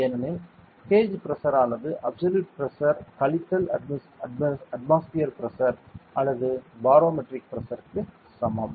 ஏனெனில் gauge pressure ஆனது absolute pressure கழித்தல் அட்மாஸ்பியர் பிரஷர் அல்லது பாரோமெட்ரிக் பிரஷருக்கு சமம்